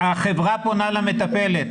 החברה פונה למטפלת.